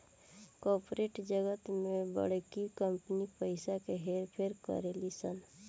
corporate जगत में बड़की कंपनी पइसा के हेर फेर करेली सन